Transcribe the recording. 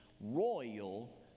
royal